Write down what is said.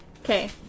Okay